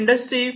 ती इंडस्ट्री 4